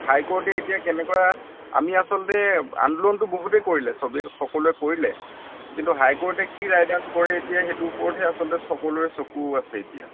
হাই কৰ্টে এতিয়া কেনেকুৱা আমি আছলতে আন্দোলনটো বহুতেই কৰিলে চবে সকলোৱে কৰিলে কিন্তু হাই কৰ্টে কি ৰায়দান কৰে এতিয়া সেইটো ওপৰতহে আছলতে সকলোৰে চকু আছে এতিয়া